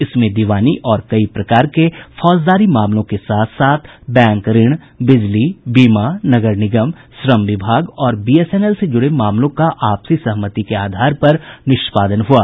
इसमें दीवानी और कई प्रकार के फौजदारी मामलों के साथ साथ बैंक ऋण बिजली बीमा नगर निगम श्रम विभाग और बीएसएनएल से जुड़े मामलों का आपसी सहमति के आधार पर निष्पादन हुआ